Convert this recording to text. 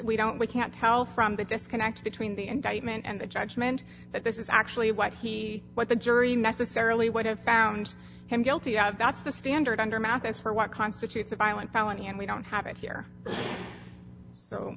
we don't we can't tell from the disconnect between the indictment and the judgment that this is actually what he what the jury necessarily would have found him guilty of that's the standard under mathes for what constitutes a violent felony and we don't have it here so